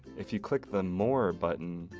if you click the more button,